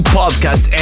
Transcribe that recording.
podcast